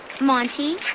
Monty